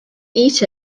eat